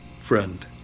friend